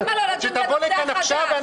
אנחנו